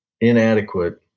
inadequate